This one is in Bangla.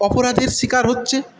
অপরাধের শিকার হচ্ছে